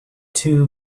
two